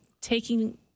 taking